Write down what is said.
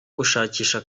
gushakisha